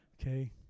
Okay